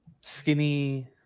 Skinny